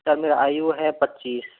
sir मेरा आयु है पच्चीस